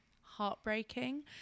heartbreaking